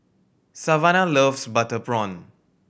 Savannah loves butter prawn